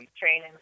training